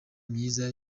myiza